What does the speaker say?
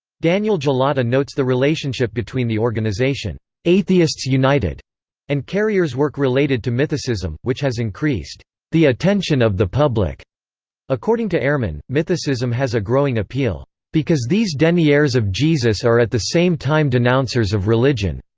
daniel gullotta notes the relationship between the organization atheists united and carrier's work related to mythicism, which has increased the attention of the public according to ehrman, mythicism has a growing appeal because these deniers of jesus are at the same time denouncers of religion.